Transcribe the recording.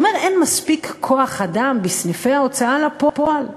הוא אומר: אין מספיק כוח-אדם בסניפי ההוצאה לפועל,